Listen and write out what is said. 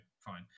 fine